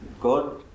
God